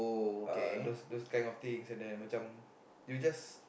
uh those those kind of things and then macam you just